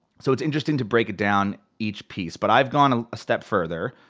so it's interesting to break it down each piece. but i've gone a step further.